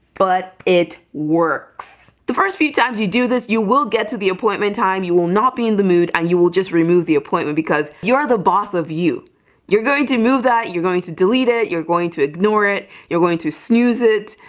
but it works the first few times you do this you will get to the appointment time you will not be in the mood and ah you will just remove the appointment because you're the boss of you you're going to move that you're going to delete it. you're going to ignore you're going to snooze it.